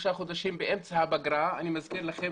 שלושה חודשים באמצע הפגרה אני מזכיר לכם,